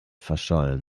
verschollen